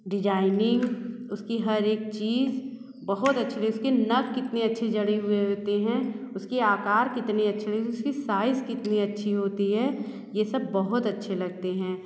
designing उसकी हर एक चीज़ बहुत अच्छे थे उसके नग कितने अच्छे जड़े हुए होते हैं उसके आकार कितने अच्छे थे उसकी साइज़ कितनी अच्छी होती है यह सब बहुत अच्छे लगते हैं